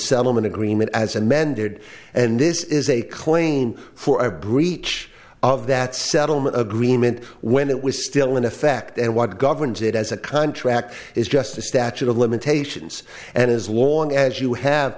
settlement agreement as amended and this is a claim for a breach of that settlement agreement when it was still in effect and what governs it as a contract is just a statute of limitations and as long as you have